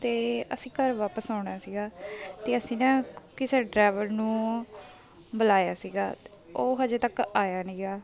ਅਤੇ ਅਸੀਂ ਘਰ ਵਾਪਸ ਆਉਣਾ ਸੀਗਾ ਅਤੇ ਅਸੀਂ ਨਾ ਕਿਸੇ ਡਰਾਈਵਰ ਨੂੰ ਬੁਲਾਇਆ ਸੀਗਾ ਉਹ ਹਜੇ ਤੱਕ ਆਇਆ ਨਹੀਂ ਗਾ